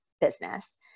business